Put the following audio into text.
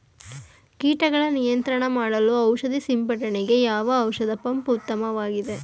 ಕೀಟಗಳ ನಿಯಂತ್ರಣ ಮಾಡಲು ಔಷಧಿ ಸಿಂಪಡಣೆಗೆ ಯಾವ ಔಷಧ ಪಂಪ್ ಉತ್ತಮವಾಗಿದೆ?